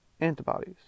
antibodies